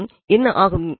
மேலும் என்ன ஆகும்